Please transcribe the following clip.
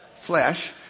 flesh